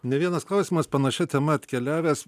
ne vienas klausimas panašia tema atkeliavęs